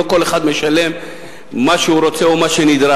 לא כל אחד משלם מה שהוא רוצה או מה שנדרש.